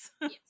Yes